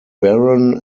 barron